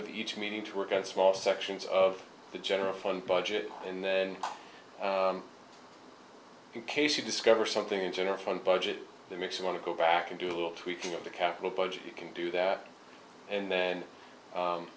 of each meeting to work out small sections of the general fund budget and then in case you discover something in general fund budget that makes you want to go back and do a little tweaking of the capital budget you can do that and then